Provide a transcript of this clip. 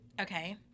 Okay